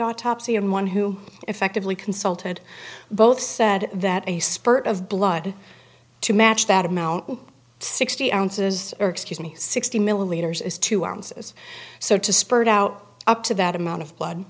autopsy and one who effectively consulted both said that a spurt of blood to match that amount sixty ounces or excuse me sixty millimeters is two ounces so to spurt out up to that amount of